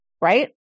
right